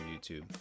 YouTube